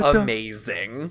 amazing